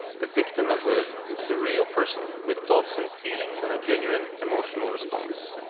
the victim as ah as a real person with thoughts and feelings and a genuine emotional response.